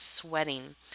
sweating